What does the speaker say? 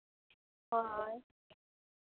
ᱦᱳᱭ